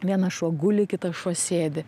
vienas šuo guli kitas šuo sėdi